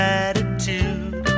attitude